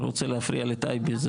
רוצה להפריע לטייבי,